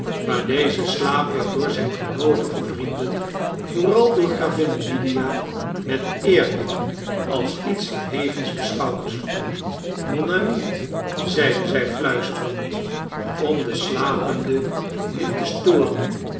maar deze slaap werd door zijn geloovige vrienden vooral door gravin lydia met eerbied als iets verhevens beschouwd mon ami zeide zij fluisterend om den slapende niet te storen